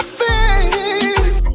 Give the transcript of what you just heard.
face